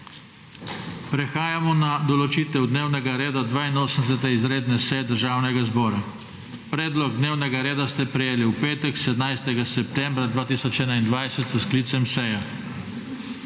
Prehajamo na **določitev dnevnega reda** 82. izredne seje Državnega zbora. Predlog dnevnega reda ste prejeli v petek, 17. septembra 2021, s sklicem seje.